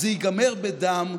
זה ייגמר בדם,